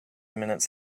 minutes